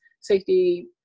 safety